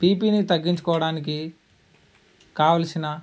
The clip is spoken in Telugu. బీపిని తగ్గించుకోవడానికి కావల్సిన